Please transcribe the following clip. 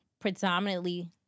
predominantly